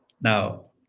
now